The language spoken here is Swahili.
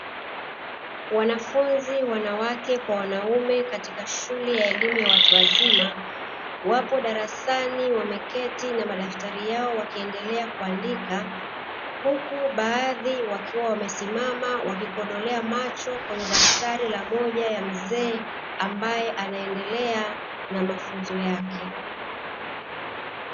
Wanafunzi wanawake kwa wanaume katika shule ya elimu ya watu wazima, wapo darasani wameketi na madaftari yao wakiendelea kuandika huku baadhi wakiwa wamesimama akikodolea macho kwenye daftari la moja ya mzee ambaye anaendelea na mafunzo yake.